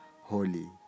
holy